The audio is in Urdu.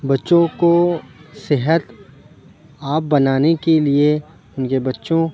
بچوں کو صحتیاب بنانے کے لیے یہ بچوں